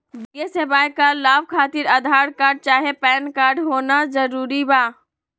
वित्तीय सेवाएं का लाभ खातिर आधार कार्ड चाहे पैन कार्ड होना जरूरी बा?